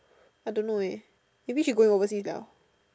I don't know eh maybe she going overseas liao